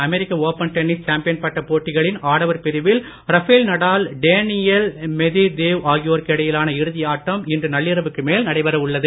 அமெரிக்க Open tennis champion பட்ட போட்டிகளின் ஆடவர் பிரிவில் ரஃபேல் நடால் டேனியல் மெட்விடேவ் ஆகியோருக்கு இடையிலான இறுதி ஆட்டம் இன்று நள்ளிரவுக்கு மேல் நடைபெற உள்ளது